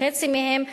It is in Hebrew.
חצי מהן,